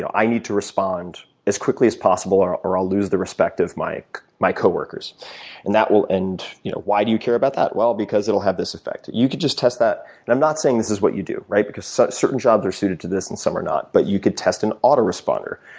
i need to respond as quickly as possible or or i'll lose the respect of my like my coworkers and that will end you know why do you care about that. well, because it'll have this effect. you could just test that and i'm not saying this is what you do, right, because certain jobs are suited to this and some are not but you could test an auto responder.